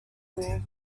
rule